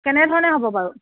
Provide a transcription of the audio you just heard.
কেনেধৰণে হ'ব বাৰু